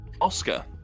Oscar